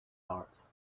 heart